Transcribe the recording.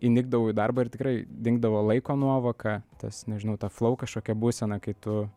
įnikdavau į darbą ir tikrai dingdavo laiko nuovoka tas nežinau ta flou kažkokia būsena kai tu